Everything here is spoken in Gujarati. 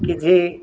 કે જે